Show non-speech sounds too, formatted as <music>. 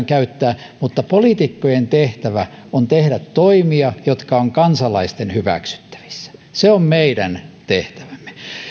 <unintelligible> käyttää mutta poliitikkojen tehtävä on tehdä toimia jotka ovat kansalaisten hyväksyttävissä se on meidän tehtävämme